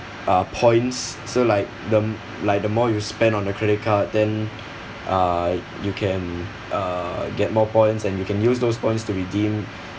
uh points so like the like the more you spend on a credit card then uh you can uh get more points and you can use those points to redeem